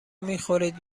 میخورید